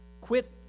Quit